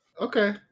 Okay